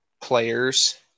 players